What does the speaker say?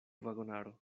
vagonaro